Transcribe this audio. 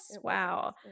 wow